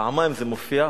פעמיים זה מופיע,